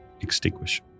extinguish